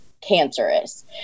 cancerous